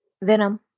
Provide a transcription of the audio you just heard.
Venom